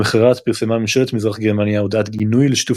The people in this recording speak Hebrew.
למחרת פרסמה ממשלת מזרח גרמניה הודעת גינוי לשיתוף